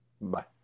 Bye